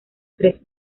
tres